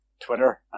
Twitter